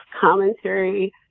commentary